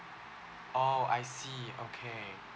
oh I see okay